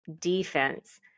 defense